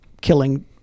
killing